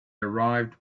arrived